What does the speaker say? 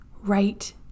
right